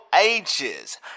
ages